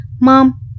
mom